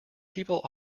people